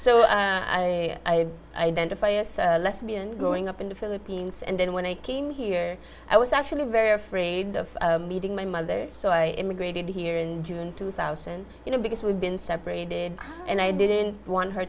i identify you left me and growing up in the philippines and then when i came here i was actually very afraid of meeting my mother so i immigrated here in june two thousand you know because we've been separated and i didn't want her